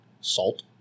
salt